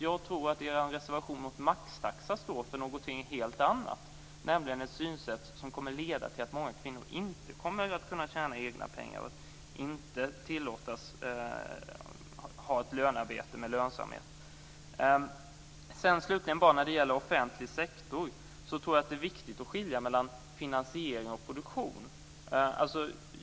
Jag tror att moderaternas reservation mot maxtaxa står för någonting helt annat, nämligen ett synsätt som kommer att leda till att många kvinnor inte kommer att kunna tjäna egna pengar och inte tillåtas ha ett lönande lönearbete. Slutligen vill jag säga några ord om den offentliga sektorn. Det är viktig att skilja mellan finansiering och produktion.